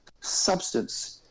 substance